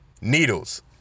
needles